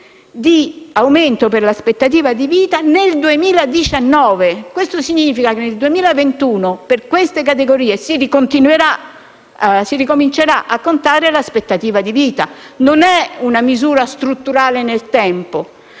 di aumento per l'aspettativa di vita nel 2019. Questo significa che nel 2021 per queste categorie si ricomincerà a contare l'aspettativa di vita. Non è una misura strutturale nel tempo,